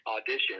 audition